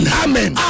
amen